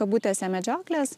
kabutėse medžioklės